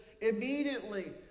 Immediately